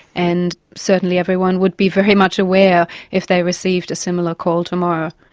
and certainly everyone would be very much aware if they received a similar call tomorrow.